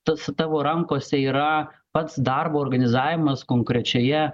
tas tavo rankose yra pats darbo organizavimas konkrečioje